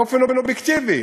באופן אובייקטיבי.